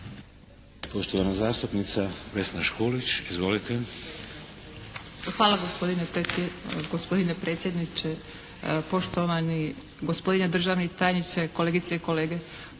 gospodine predsjedniče, poštovani državni tajniče, kolegice i kolege.